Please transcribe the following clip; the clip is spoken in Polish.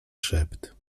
szept